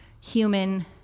human